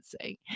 say